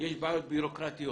יש בעיות ביורוקרטיות,